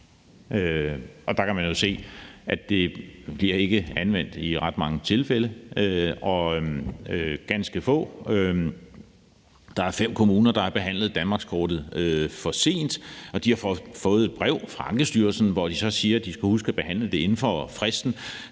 og der kan man se, at det ikke bliver anvendt i ret mange tilfælde. Ganske få kommuner – fem kommuner – har behandlet danmarkskortet for sent, og de har fået et brev fra Ankestyrelsen, hvor der så står, at de skal huske at behandle det inden for fristen.